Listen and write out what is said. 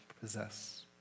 possess